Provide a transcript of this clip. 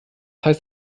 heißt